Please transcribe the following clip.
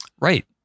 right